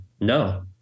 no